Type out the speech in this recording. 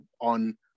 on